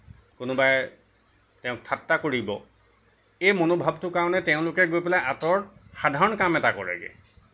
কোনোবাই তেওঁক ঠাট্টা কৰিব এই মনোভাৱটোৰ কাৰণে তেওঁলোকে গৈ পেলাই আঁতৰত সাধাৰণ কাম এটা কৰেগৈ